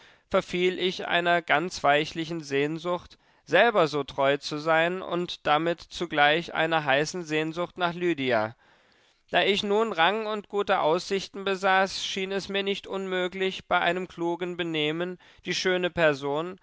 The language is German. verfiel ich einer ganz weichlichen sehnsucht selber so treu zu sein und damit zugleich einer heißen sehnsucht nach lydia da ich nun rang und gute aussichten besaß schien es mir nicht unmöglich bei einem klugen benehmen die schöne person